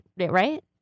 right